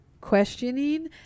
questioning